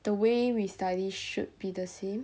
the way we study should be the same